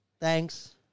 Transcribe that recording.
Thanks